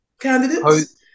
candidates